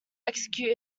execute